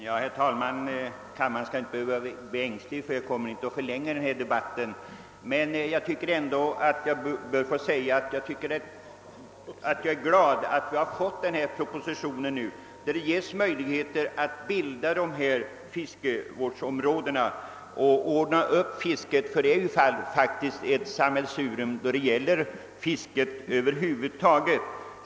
Herr talman! Kammarens ledamöter behöver inte bli ängsliga, ty jag kommer inte att nämnvärt förlänga debatten. Men jag tycker att jag bör få säga att jag är glad över att proposition nr 42 framlagts, så att det kommer att bli möjligt att bilda dessa fiskevårdsområden och ordna upp fisket. Nu är det faktiskt ett sammelsurium på fiskets område över huvud taget.